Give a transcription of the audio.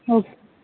okay